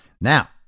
Now